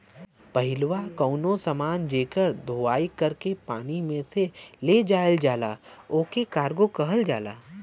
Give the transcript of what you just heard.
पहिलवा कउनो समान जेकर धोवाई कर के पानी में से ले जायल जाला ओके कार्गो कहल जाला